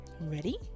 Ready